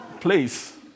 place